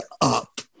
up